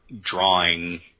drawing